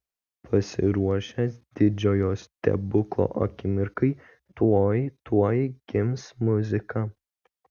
pasiruošęs didžiojo stebuklo akimirkai tuoj tuoj gims muzika